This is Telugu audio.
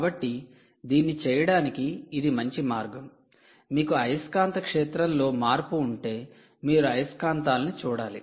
కాబట్టి దీన్ని చేయడానికి ఇది మంచి మార్గం మీకు అయస్కాంత క్షేత్రం లో మార్పు ఉంటే మీరు అయస్కాంతాలను చూడాలి